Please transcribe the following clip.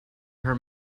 her